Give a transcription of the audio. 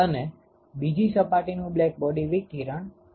અને બીજી સપાટીનું બ્લેક્બોડી વિકિરણ Eb2 છે